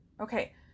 Okay